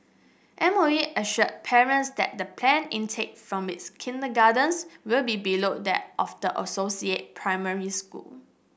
M O E assured parents that the planned intake from its kindergartens will be below that of the associated primary school